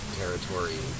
territory